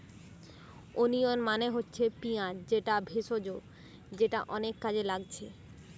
onion মানে হচ্ছে পিঁয়াজ যেটা ভেষজ যেটা অনেক কাজে লাগছে